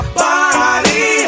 body